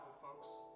folks